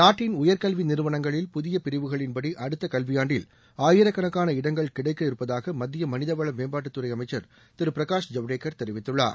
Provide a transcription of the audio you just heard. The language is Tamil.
நாட்டின் உயர்க்கல்வி நிறுவனங்களில் புதிய பிரிவுகளின்படி அடுத்த கல்வியாண்டில் ஆயிரக்கணக்கான இடங்கள் கிடைக்க இருப்பதாக மத்திய மனிதவள மேம்பாட்டுத்துறை அமைச்சர் திரு பிரகாஷ் ஜவடேகர் தெரிவித்துள்ளார்